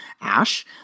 ash